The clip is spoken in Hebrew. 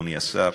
אדוני השר,